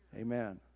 Amen